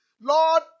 Lord